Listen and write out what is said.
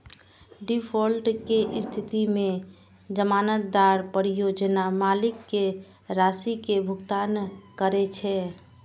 default के स्थिति मे जमानतदार परियोजना मालिक कें राशि के भुगतान करै छै